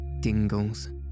dingles